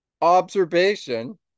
observation